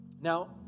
Now